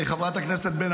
זו החובה שלך.